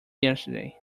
yesterday